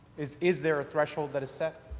is is there a threshold that is set?